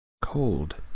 Cold